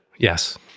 Yes